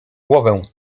głowę